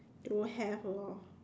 don't have lor